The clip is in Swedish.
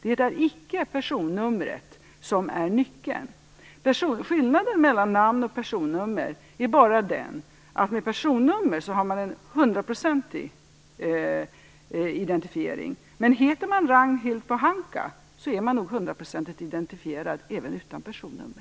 Det är icke personnumret som är nyckeln. Skillnaden mellan namn och personnummer är bara den att med personnummer har man ett hundraprocentig identifiering. Men heter man Ragnhild Pohanka är man nog hundraprocentigt identifierad även utan personnummer.